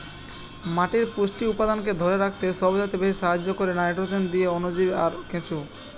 মাটির পুষ্টি উপাদানকে ধোরে রাখতে সবচাইতে বেশী সাহায্য কোরে নাইট্রোজেন দিয়ে অণুজীব আর কেঁচো